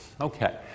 Okay